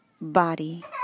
body